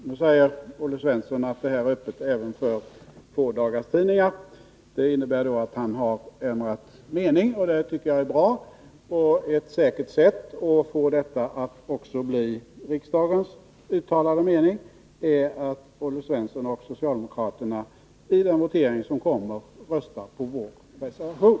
Nu säger Olle Svensson att detta är öppet även för endagstidningar. Det innebär att han ändrat mening. Det tycker jag är bra. Ett säkert sätt att få detta att bli riksdagens uttalade mening är att Olle Svensson och socialdemokraterna i den votering som kommer röstar på vår reservation.